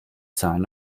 zahlen